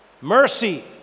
Mercy